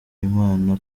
imana